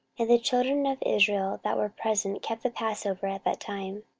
and the children of israel that were present kept the passover at that time,